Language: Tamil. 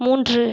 மூன்று